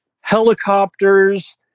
helicopters